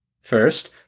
First